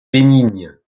bénigne